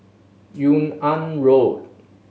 Yung An Road